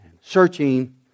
searching